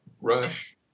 Rush